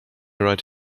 right